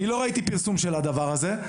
אני לא ראיתי פרסום של הדבר הזה.